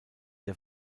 der